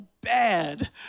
bad